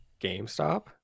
GameStop